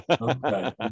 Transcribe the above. Okay